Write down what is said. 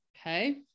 Okay